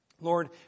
Lord